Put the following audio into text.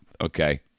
Okay